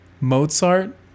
Mozart